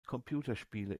computerspiele